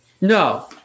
No